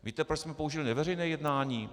Víte, proč jsme použili neveřejné jednání?